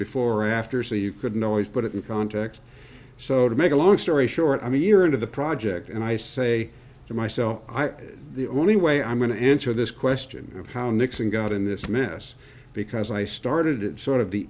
before or after so you could know he put it in context so to make a long story short i mean you're into the project and i say to myself i am the only way i'm going to answer this question of how nixon got in this mess because i started it sort of